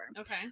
Okay